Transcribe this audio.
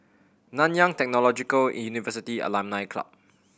Nanyang Technological University Alumni Club